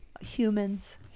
Humans